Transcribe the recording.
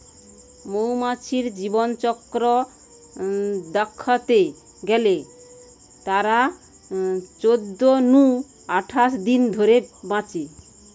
মৌমাছির জীবনচক্র দ্যাখতে গেলে তারা চোদ্দ নু আঠাশ দিন ধরে বাঁচে